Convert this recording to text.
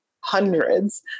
hundreds